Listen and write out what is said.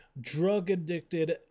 drug-addicted